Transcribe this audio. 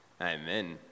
Amen